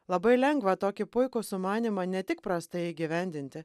labai lengva tokį puikų sumanymą ne tik prastai įgyvendinti